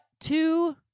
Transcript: two